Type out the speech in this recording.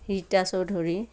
ৰীতা চৌধুৰীৰ